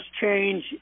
change